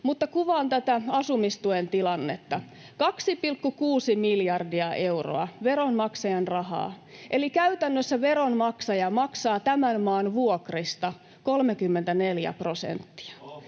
mutta kuvaan tätä asumistuen tilannetta: 2,6 miljardia euroa veronmaksajien rahaa, eli käytännössä veronmaksaja maksaa tämän maan vuokrista 34 prosenttia.